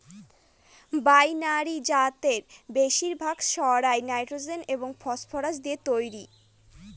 binary জাতের বেশিরভাগ সারই নাইট্রোজেন এবং ফসফরাস দিয়ে তৈরি